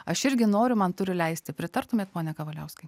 aš irgi noriu man turi leisti pritartumėt pone kavaliauskai